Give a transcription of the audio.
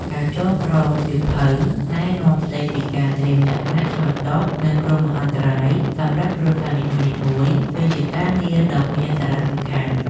ការចងក្រងសៀវភៅណែនាំស្តីពីការត្រៀមលក្ខណៈឆ្លើយតបនឹងគ្រោះមហន្តរាយសម្រាប់គ្រួសារនីមួយៗគឺជាការងារដ៏មានសារៈសំខាន់។